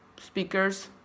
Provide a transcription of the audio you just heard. speakers